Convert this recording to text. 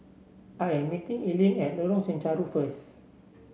I am meeting Ellyn at Lorong Chencharu first